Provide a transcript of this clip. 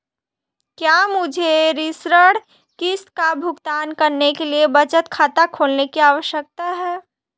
क्या मुझे ऋण किश्त का भुगतान करने के लिए बचत खाता खोलने की आवश्यकता है?